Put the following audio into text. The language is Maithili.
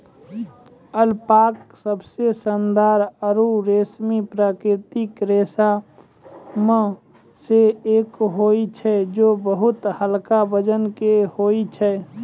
अल्पका सबसें शानदार आरु रेशमी प्राकृतिक रेशा म सें एक होय छै जे बहुत हल्का वजन के होय छै